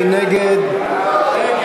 מי נגד?